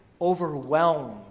overwhelmed